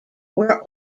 where